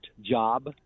job